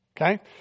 Okay